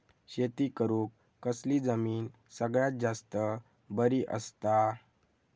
शेती करुक कसली जमीन सगळ्यात जास्त बरी असता?